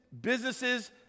businesses